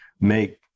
make